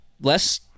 less